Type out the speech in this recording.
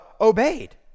obeyed